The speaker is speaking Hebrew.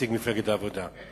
נציג מפלגת העבודה.